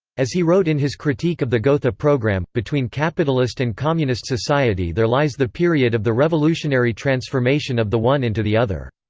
as he wrote in his critique of the gotha program, between capitalist and communist society there lies the period of the revolutionary transformation of the one into the other.